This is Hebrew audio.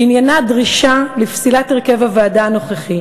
שעניינה דרישה לפסילת הרכב הוועדה הנוכחי